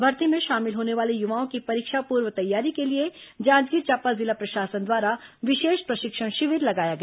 भर्ती में शामिल होने वाले युवाओं की परीक्षा पूर्व तैयारी के लिए जांजगीर चांपा जिला प्रशासन द्वारा विशेष प्रशिक्षण शिविर लगाया गया